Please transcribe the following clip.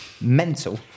mental